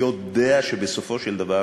יודע שבסופו של דבר